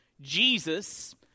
Jesus